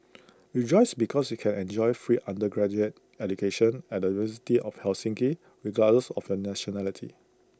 rejoice because you can enjoy free undergraduate education at the university of Helsinki regardless of your nationality